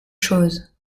chose